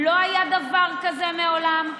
לא היה דבר כזה מעולם.